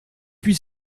puis